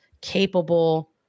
capable